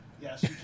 Yes